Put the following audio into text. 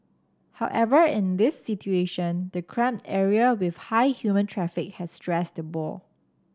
however in this situation the cramped area with high human traffic have stressed the boar